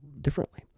differently